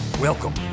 Welcome